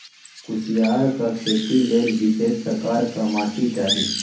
कुसियारक खेती लेल विशेष प्रकारक माटि चाही